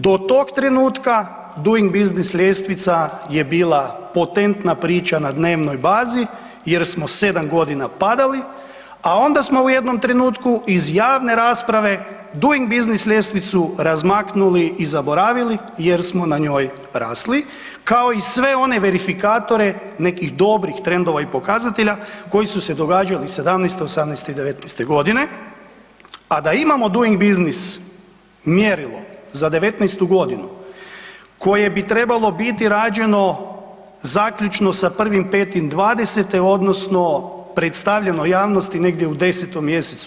Do tog trenutka, Doing Business ljestvica je bila potentna priča na dnevnoj bazi jer smo 7 g. padali a onda smo u jednom trenutku iz javne rasprave Doing Business ljestvicu razmaknuli i zaboravili jer smo na njoj rasli, kao i sve one verifikatore nekih dobrih trendova i pokazatelja koji su događali 2017., 2018. i 2019. godine a da imamo Doing Business mjerilo za 2019. g. koje bi trebalo biti rađeno zaključno sa 1. 5. 2020. odnosno predstavljeno javnosti negdje u 10. mj.